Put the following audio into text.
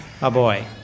Aboy